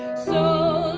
so